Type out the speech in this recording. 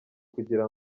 kugira